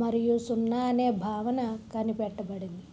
మరియు సున్నా అనే భావన కనిపెట్టబడింది